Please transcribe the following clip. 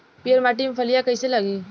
पीयर माटी में फलियां कइसे लागी?